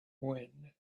when